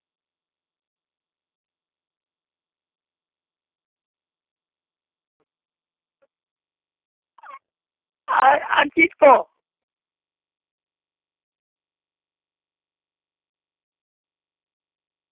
ᱟᱨ ᱟᱨ ᱪᱮᱫ ᱠᱚ